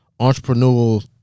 entrepreneurial